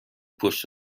پشت